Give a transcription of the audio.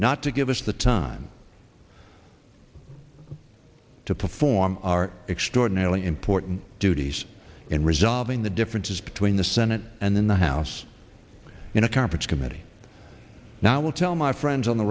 not to give us the time to perform our extraordinarily important duties in resolving the differences between the senate and in the house in a conference committee now i will tell my friends on the